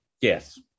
Yes